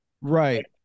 Right